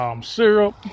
syrup